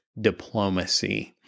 diplomacy